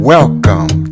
Welcome